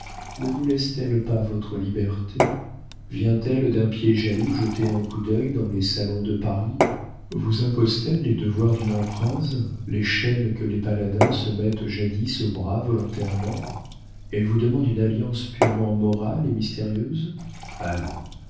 ne vous laisse-t-elle pas votre liberté vient-elle d'un pied jaloux jeter un coup d'œil dans les salons de paris vous impose t elle les devoirs d'une emprinse les chaînes que les paladins se mettaient jadis au bras volontairement elle vous demande une alliance proprement morale et mystérieuse allons